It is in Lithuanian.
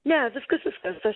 ne viskas viskas aš